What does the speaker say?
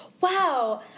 wow